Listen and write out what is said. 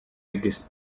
biggest